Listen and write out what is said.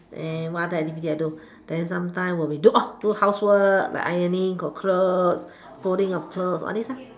and what other activity I do then sometimes will be do do housework like ironing the clothes folding of clothes all this